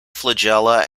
flagella